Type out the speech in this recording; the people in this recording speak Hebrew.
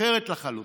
אחרת לחלוטין.